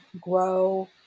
grow